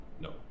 No